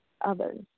others